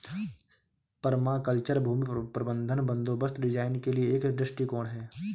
permaculture भूमि प्रबंधन और बंदोबस्त डिजाइन के लिए एक दृष्टिकोण है